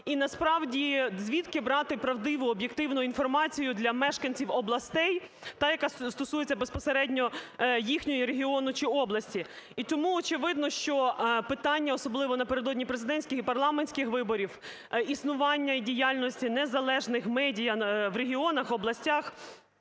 І насправді, звідки брати правдиву, об'єктивну інформацію для мешканців областей, та, яка стосується безпосередньо їхнього регіону чи області? І тому, очевидно, що питання, особливо напередодні президентських і парламентських виборів, існування і діяльності незалежних медіа в регіонах, областях,